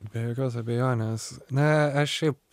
be jokios abejonės na aš šiaip